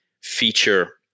feature